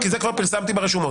כי זה כבר פרסמתי ברשומות.